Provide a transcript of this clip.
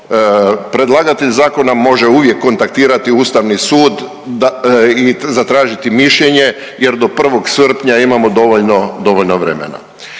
predlagatelj zakona može uvijek kontaktirati ustavni sud i zatražiti mišljenje jer do 1. srpnja imamo dovoljno,